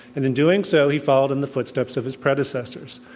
and in doing so, he followed in the footsteps of his predecessors.